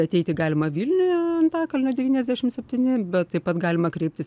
ateiti galima vilniuje antakalnio devyniasdešim septyni bet taip pat galima kreiptis